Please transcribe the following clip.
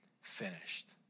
finished